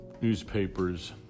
newspapers